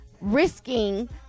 risking